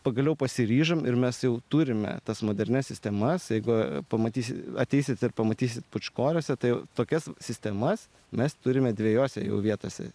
pagaliau pasiryžom ir mes jau turime tas modernias sistemas jeigu pamatysi ateisit ir pamatysit pūčkoriuose tai tokias sistemas mes turime dvejose vietose